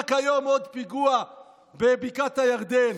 רק היום עוד פיגוע בבקעת הירדן.